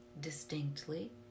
distinctly